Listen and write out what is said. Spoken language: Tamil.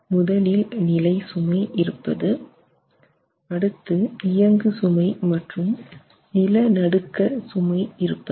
முதலில் நிலை சுமை இருப்பது அடுத்து இயங்கு சுமை மற்றும் நிலநடுக்க சுமை இருப்பது